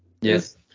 Yes